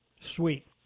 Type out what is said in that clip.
Sweet